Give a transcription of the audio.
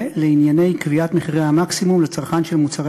לענייני קביעת מחירי המקסימום לצרכ ן של מוצרי